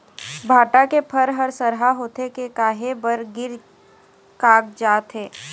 भांटा के फर हर सरहा होथे के काहे बर गिर कागजात हे?